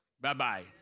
Bye-bye